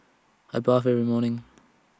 I bath every morning